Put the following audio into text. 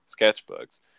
sketchbooks